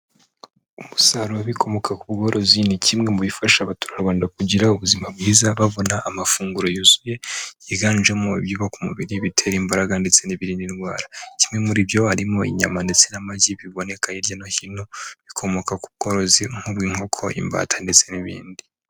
Umusaruro w'ibikomoka ku bworozi ni kimwe mu bifasha abaturarwanda kugira ubuzima bwiza, babona amafunguro yuzuye yiganjemo ibyubaka umubiri, ibitera imbaraga ndetse n'ibirinda indwara, kimwe muri byo harimo inyama ndetse n'amagi biboneka hirya no hino bikomoka ku bworozi nk'ubw'inkoko, imbata ndetse n'ibindi.